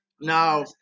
now